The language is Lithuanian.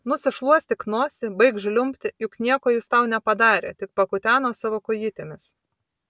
nusišluostyk nosį baik žliumbti juk nieko jis tau nepadarė tik pakuteno savo kojytėmis